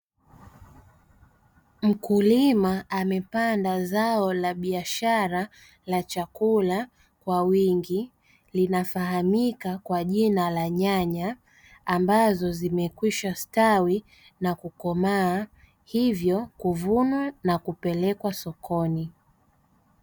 Mkulima amepanda zao la biashara la chakula kwa wingi, linafahamika kwa jina la nyanya, ambazo zimekwishasitawi na kukomaa, hivyo kuvunwa na kupelekwa sokoni.